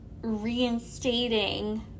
reinstating